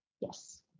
Yes